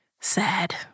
Sad